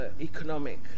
economic